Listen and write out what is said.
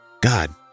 God